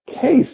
case